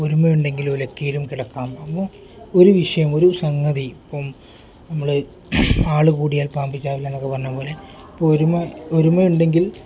ഒരുമയുണ്ടെങ്കിൽ ഉലക്കയിലും കിടക്കാം അപ്പം ഒരു വിഷയം ഒരു സംഗതി ഇപ്പം നമ്മൾ ആൾ കൂടിയാൽ പാമ്പും ചാവില്ല എന്നൊക്കെ പറഞ്ഞത് പോലെ ഇപ്പം ഒരുമ ഒരുമ ഉണ്ടെങ്കിൽ